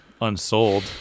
unsold